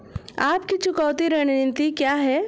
आपकी चुकौती रणनीति क्या है?